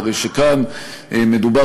הרי שכאן מדובר,